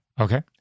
Okay